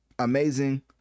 amazing